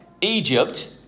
Egypt